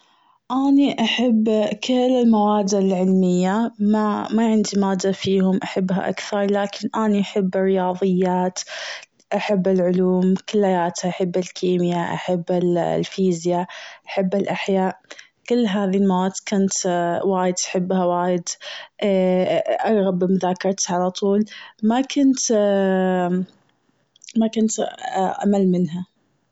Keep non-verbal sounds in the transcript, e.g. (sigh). أني أحب كل المواد العلمية ما- ما عندي مادة فيهم أحبها أكثر لكن أني أحب الرياضيات أحب العلوم كلياتها، أحب الكيمياء أحب الفيزياء أحب الأحياء كل هذي المواد كانت وايد أحبها وايد (hesitation) ارغب مذاكرتك على طول. ما كنت- (hesitation) ما كنت أمل منها.